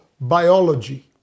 biology